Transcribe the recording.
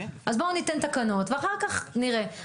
אז בואו ניתן תקנות ואחר כך נראה.